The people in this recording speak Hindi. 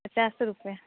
पचास रुपये